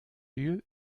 lieu